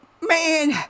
man